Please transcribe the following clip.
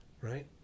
right